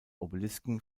obelisken